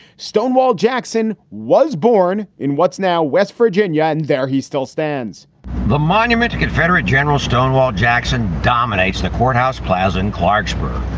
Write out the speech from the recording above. stonewall jackson was born in what's now west virginia. and there he still stands the monument to confederate general stonewall jackson dominates the courthouse plaza in clarksburg,